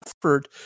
effort